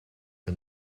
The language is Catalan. que